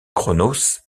cronos